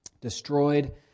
destroyed